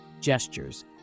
gestures